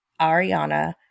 Ariana